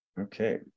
Okay